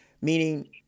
Meaning